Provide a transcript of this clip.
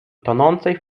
tonącej